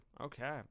okay